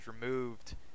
removed